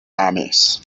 armies